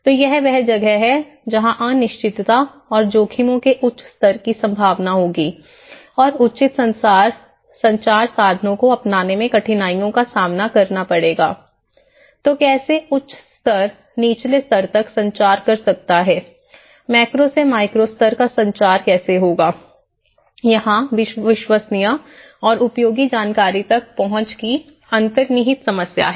तो यह वह जगह है जहां अनिश्चितता और जोखिमों के उच्च स्तर की संभावना होगी और उचित संचार साधनों को अपनाने में कठिनाइयों का सामना करना पड़ेगा तो कैसे उच्च स्तर निचले स्तर तक संचार कर सकता है मैक्रो से माइक्रो स्तर का संचार कैसा होगा यहां विश्वसनीय और उपयोगी जानकारी तक पहुँच की अंतर्निहित समस्या है